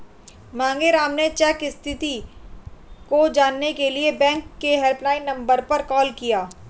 मांगेराम ने चेक स्थिति को जानने के लिए बैंक के हेल्पलाइन नंबर पर कॉल किया